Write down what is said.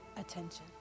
attention